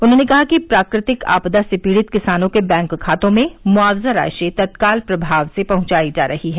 उन्होंने कहा कि प्राकृतिक आपदा से पीड़ित किसानों के बैंक खातों में मुआवजा राशि तत्काल प्रभाव से पहुंचायी जा रही है